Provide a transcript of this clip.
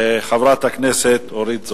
חברת הכנסת אורית זוארץ.